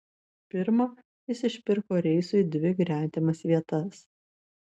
pirma jis išpirko reisui dvi gretimas vietas